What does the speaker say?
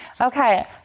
Okay